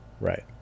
Right